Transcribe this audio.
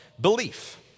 belief